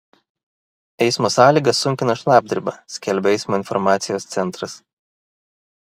eismo sąlygas sunkina šlapdriba skelbia eismo informacijos centras